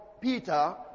peter